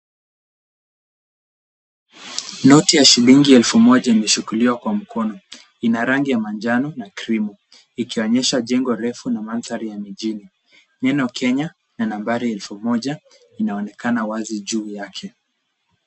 Noti ya shilingi elfu moja imeshikiliwa kwa mkono ina rangi ya manjano na cream ikionyesha jengo refu na mandhari ya mijini. Neno Kenya na nambari elfu moja inaonekana wazi juu yake.